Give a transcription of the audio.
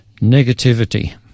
negativity